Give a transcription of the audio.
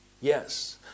Yes